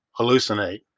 hallucinate